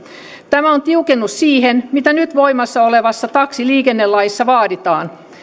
tämä on tiukennus siihen mitä nyt voimassa olevassa taksiliikennelaissa vaaditaan